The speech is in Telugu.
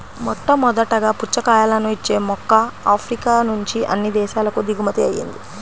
మొట్టమొదటగా పుచ్చకాయలను ఇచ్చే మొక్క ఆఫ్రికా నుంచి అన్ని దేశాలకు దిగుమతి అయ్యింది